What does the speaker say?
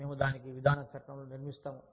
మేము దానిని విధాన చట్రంలో నిర్మిస్తాము